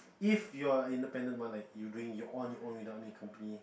if you're in the pandama like you doing on your own without any company